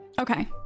Okay